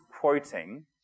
quoting